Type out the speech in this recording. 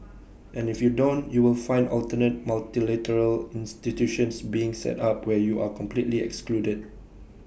and if you don't you will find alternate multilateral institutions being set up where you are completely excluded